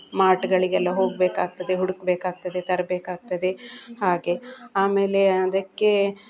ಮಾರ್ಟ್ಗಳಿಗೆಲ್ಲ ಹೋಗಬೇಕಾಗ್ತದೆ ಹುಡುಕಬೇಕಾಗ್ತದೆ ತರಬೇಕಾಗ್ತದೆ ಹಾಗೆ ಆಮೇಲೆ ಅದಕ್ಕೆ